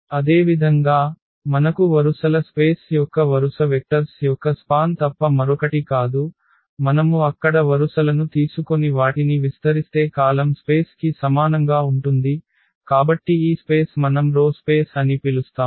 అదేవిధంగా మనకు వరుసల స్పేస్ యొక్క వరుస వెక్టర్స్ యొక్క స్పాన్ తప్ప మరొకటి కాదు మనము అక్కడ వరుసలను తీసుకొని వాటిని విస్తరిస్తే కాలమ్ స్పేస్ కి సమానంగా ఉంటుంది కాబట్టి ఈ స్పేస్ మనం రో స్పేస్ అని పిలుస్తాము